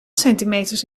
centimeters